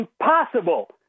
impossible